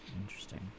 interesting